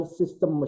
system